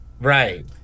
Right